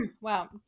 wow